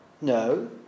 No